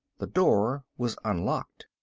the door was unlocked.